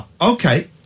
okay